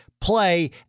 play